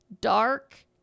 dark